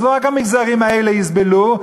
אז לא רק המגזרים האלה יסבלו,